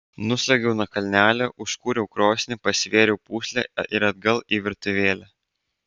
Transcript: nusliuogiau nuo kalnelio užkūriau krosnį pastvėriau pūslę ir atgal į virtuvėlę